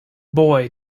boy